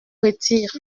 retire